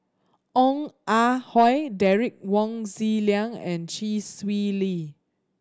Ong Ah Hoi Derek Wong Zi Liang and Chee Swee Lee